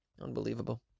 Unbelievable